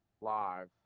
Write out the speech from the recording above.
live